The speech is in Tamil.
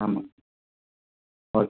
ஆமாம் ஓகே